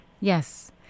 Yes